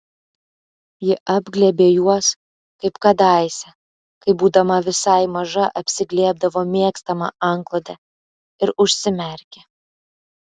ji apglėbė juos kaip kadaise kai būdama visai maža apsiglėbdavo mėgstamą antklodę ir užsimerkė